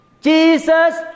Jesus